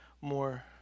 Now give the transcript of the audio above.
more